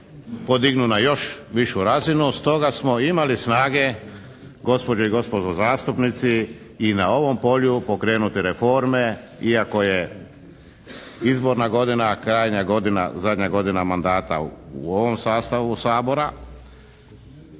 podignu na još višu razinu. Stoga smo imali snage, gospođe i gospodo zastupnici, i na ovom polju pokrenuti reforme iako je izborna godina, krajnja godina, zadnja godina mandata u ovom sastavu Sabora.